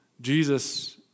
Jesus